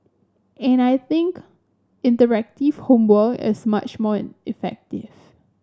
and I think interactive homework is much more in effective